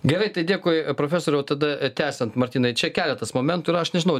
gerai tai dėkui profesoriau tada tęsiant martynai čia keletas momentų ir aš nežinau